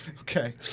Okay